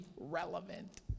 relevant